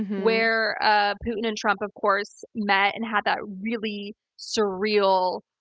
where ah putin and trump of course met and had that really surreal,